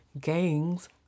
gangs